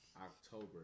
October